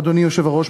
אדוני היושב-ראש,